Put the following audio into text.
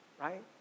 right